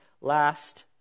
last